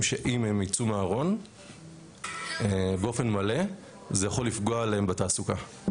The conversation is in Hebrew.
שאם הם יצאו מהארון באופן מלא זה יכול לפגוע להם בתעסוקה.